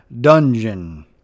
dungeon